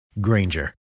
Granger